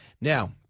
Now